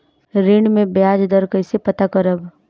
ऋण में बयाज दर कईसे पता करब?